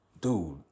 dude